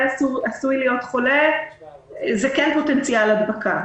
עשוי להיות חולה זה כן פוטנציאל הדבקה.